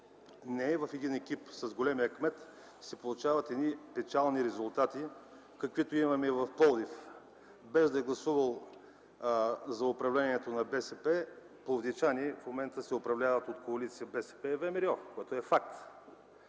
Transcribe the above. е в един екип с големия кмет, се получават печални резултати, каквито имаме в Пловдив – без да е гласувал за управлението на БСП, пловдивчанинът в момента се управлява от коалиция „БСП – ВМРО”, което е факт.